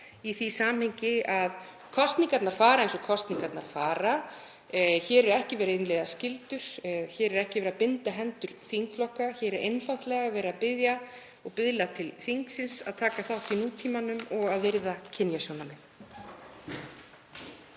í því samhengi að kosningarnar fara eins og kosningarnar fara. Hér er ekki verið innleiða skyldur. Hér er ekki verið að binda hendur þingflokka. Hér er einfaldlega verið að biðla til þingsins að taka þátt í nútímanum og að virða kynjasjónarmið.